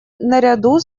наряду